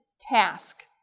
task